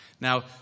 Now